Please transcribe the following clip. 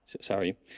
Sorry